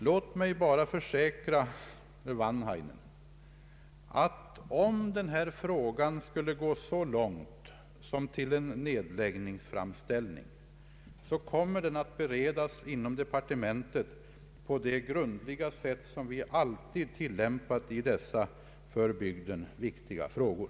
Låt mig bara försäkra herr Wanhainen att denna fråga, om det nu skulle gå så långt som till en framställning om nedläggning, kommer att beredas inom departementet på det grundliga sätt som vi alltid har tillämpat i dessa för den aktuella bygden viktiga frågor.